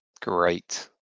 Great